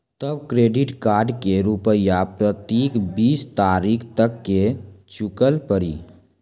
तब credit card के रूपिया प्रतीक बीस तारीख तक मे चुकल पड़ी?